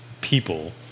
people